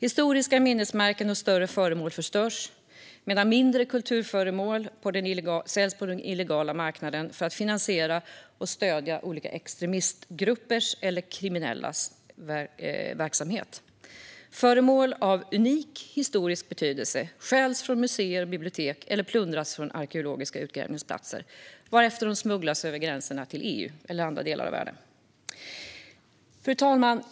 Historiska minnesmärken och större föremål förstörs medan mindre kulturföremål säljs på den illegala marknaden för att finansiera och stödja olika extremistgruppers eller kriminellas verksamhet. Föremål av unik historisk betydelse stjäls från museer och bibliotek eller plundras från arkeologiska utgrävningsplatser, varefter de smugglas över gränserna till EU eller andra delar av världen. Fru talman!